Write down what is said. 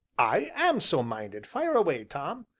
i am so minded fire away, tom.